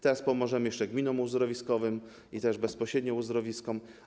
Teraz pomożemy jeszcze gminom uzdrowiskowym i też bezpośrednio uzdrowiskom.